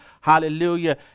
hallelujah